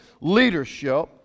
leadership